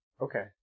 Okay